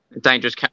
Dangerous